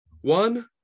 one